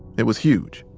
it was huge.